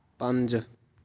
ਪੰਜ